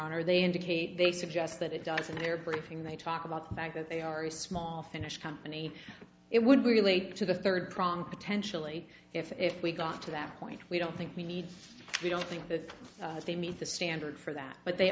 honor they indicate they suggest that it does and their briefing they talk about the fact that they are a small finnish company it would relate to the third prong potentially if we got to that point we don't think we need we don't think that if they meet the standard for that but they